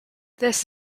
this